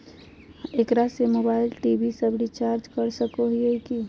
एकरा से mobile TV सब रिचार्ज कर सको हियै की?